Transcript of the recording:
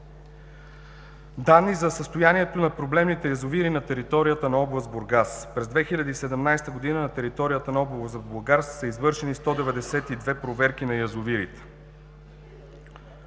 Данни за състоянието на проблемните язовири на територията на област Бургас – през 2017 г. на територията на област Бургас са извършени 192 проверки на язовирите.